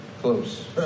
close